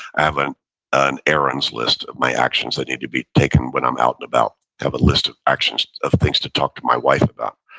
i have an an errands list of my actions that need to be taken when i'm out and about have a list of actions of things to talk to my wife about,